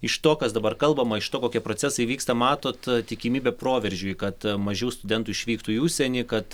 iš to kas dabar kalbama iš to kokie procesai vyksta matot tikimybė proveržiui kad mažiau studentų išvyktų į užsienį kad